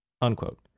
unquote